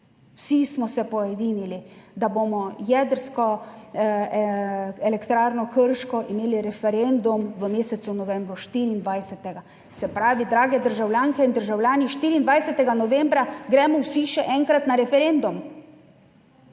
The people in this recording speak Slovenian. Vsi smo se poedinili, da bomo jedrsko elektrarno Krško, imeli referendum v mesecu novembru, 24. Se pravi, dragi državljanke in državljani, 24. novembra gremo vsi še enkrat na referendum,